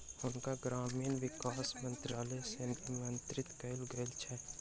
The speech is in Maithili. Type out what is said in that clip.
हुनका ग्रामीण विकास मंत्रालय सॅ निमंत्रित कयल गेल छल